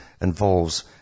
involves